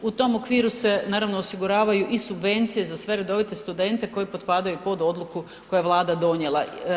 U tom okviru se, naravno, osiguravanja i subvencije za sve redovite studente koji potpadaju pod odluku koju je Vlada donijela.